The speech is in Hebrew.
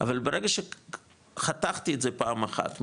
אבל ברגע שחתכתי את זה פעם אחת,